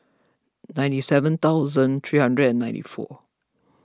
ninety seven thousand three hundred and ninety four